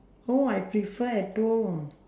oh I prefer at home